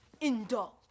indulge